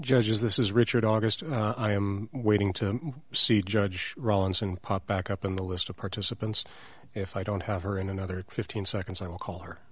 judges this is richard august and i am waiting to see judge rawlinson pop back up in the list of participants if i don't have her in another fifteen seconds i will call her